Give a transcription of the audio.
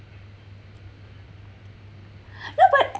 yeah but